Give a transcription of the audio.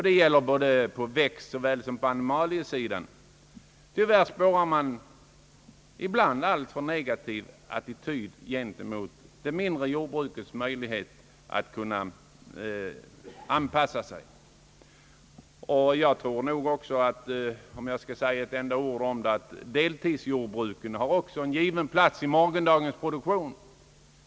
Det gäller på såväl växtsom animaliesidan. Tyvärr spårar man ibland alltför negativa attityder gentemot det mindre jordbrukets möjligheter att anpassa sig. Jag tror för övrigt att även deltidsjordbruken har sin givna plats i morgondagens produktion.